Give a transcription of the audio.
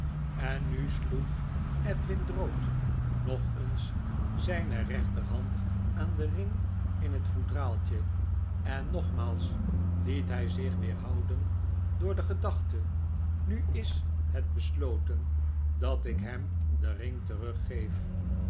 en nu sloeg edwin drood nog eens zijne rechterhand aan den ring in het foudraaltje en nogmaals liet hy zich weerhouden door de gedachte nu is het besloten dat ik hem den ring teruggeef